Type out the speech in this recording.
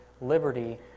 liberty